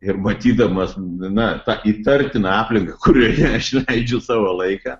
ir matydamas na tą įtartiną aplinką kurioje aš leidžiu savo laiką